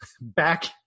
back